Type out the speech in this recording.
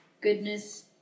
goodness